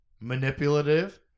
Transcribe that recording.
manipulative